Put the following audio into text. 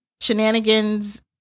shenanigans